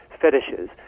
fetishes